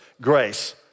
grace